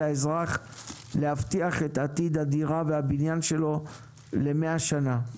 האזרח להבטיח את עתיד הדירה והבניין שלו ל-100 שנה.